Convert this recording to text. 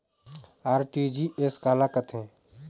RTGS काला कथें?